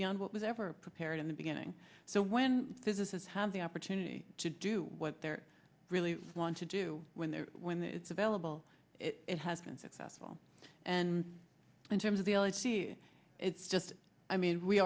beyond what was ever prepared in the beginning so when physicists have the opportunity to do what they're really want to do when they're when it's available it has been successful and in terms of the elegy it's just i mean we